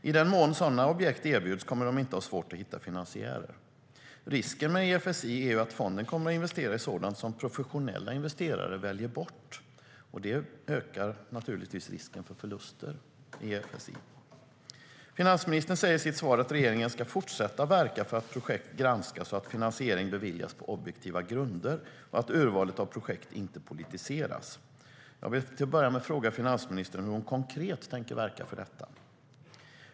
I den mån sådana objekt erbjuds kommer de inte att ha svårt att hitta finansiärer. Finansministern säger i sitt svar att regeringen ska fortsätta att verka för att projekt granskas, att finansiering beviljas på objektiva grunder och att urvalet av projekt inte politiseras. Jag vill till att börja med fråga finansministern hur hon konkret tänker verka för detta.